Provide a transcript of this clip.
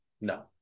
no